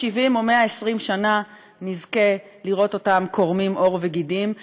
70 או 120 שנה נזכה לראות אותם קורמים עור וגידים.